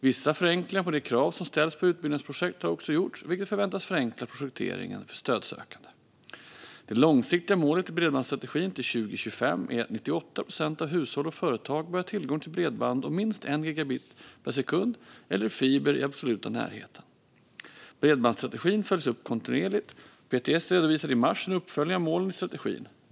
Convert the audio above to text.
Vissa förenklingar av de krav som ställs på utbyggnadsprojekt har också gjorts, vilket förväntas förenkla projekteringen för stödsökande. Det långsiktiga målet i bredbandsstrategin till 2025 är att 98 procent av hushållen och företagen ska ha tillgång till bredband om minst 1 gigabit per sekund eller fiber i den absoluta närheten. Bredbandstrategin följs upp kontinuerligt. PTS redovisade i mars en uppföljning av målen i strategin.